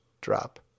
drop